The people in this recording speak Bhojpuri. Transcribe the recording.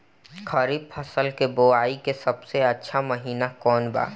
खरीफ फसल के बोआई के सबसे अच्छा महिना कौन बा?